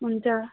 हुन्छ